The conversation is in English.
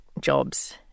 jobs